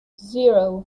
zero